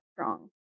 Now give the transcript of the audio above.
strong